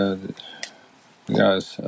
guys